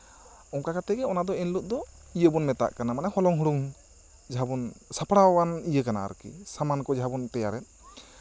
ᱚᱱᱠᱟ ᱠᱟᱛᱮᱜ ᱜᱮ ᱚᱱᱟ ᱫᱚ ᱮᱱᱦᱤᱞᱳᱜ ᱫᱚ ᱤᱭᱟᱹ ᱵᱚᱱ ᱢᱮᱛᱟᱜ ᱠᱟᱱᱟ ᱢᱟᱱᱮ ᱦᱚᱞᱚᱝ ᱦᱩᱲᱩᱝ ᱡᱟᱦᱟᱸᱵᱚᱱ ᱥᱟᱯᱲᱟᱣ ᱟᱱ ᱤᱭᱟᱹ ᱠᱟᱱᱟ ᱟᱨᱠᱤ ᱥᱟᱢᱟᱱ ᱠᱚ ᱡᱟᱦᱟᱸ ᱵᱚᱱ ᱛᱮᱭᱟᱨᱮᱜ